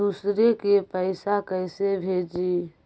दुसरे के पैसा कैसे भेजी?